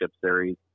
Series